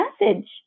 message